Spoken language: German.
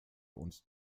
und